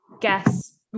guess